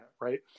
Right